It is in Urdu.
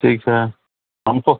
ٹھیک ہے ہم کو